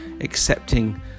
accepting